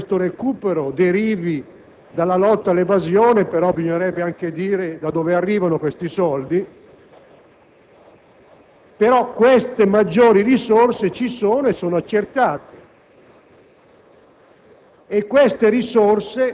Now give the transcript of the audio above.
Si può certo negare che questo recupero derivi dalla lotta all'evasione, però bisognerebbe anche spiegare la provenienza di questi soldi. Comunque, queste maggiori risorse ci sono e sono accertate,